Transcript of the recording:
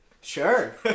Sure